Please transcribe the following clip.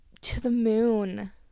to-the-moon